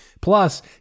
Plus